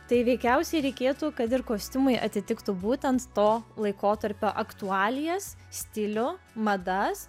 tai veikiausiai reikėtų kad ir kostiumai atitiktų būtent to laikotarpio aktualijas stilių madas